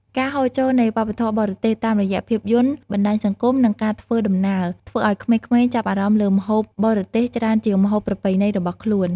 ការហូរចូលនៃវប្បធម៌បរទេស តាមរយៈភាពយន្ត បណ្ដាញសង្គម និងការធ្វើដំណើរ ធ្វើឱ្យក្មេងៗចាប់អារម្មណ៍លើម្ហូបបរទេសច្រើនជាងម្ហូបប្រពៃណីរបស់ខ្លួន។